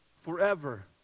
forever